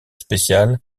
spéciales